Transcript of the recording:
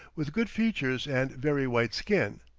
with good features and very white skin.